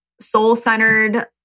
soul-centered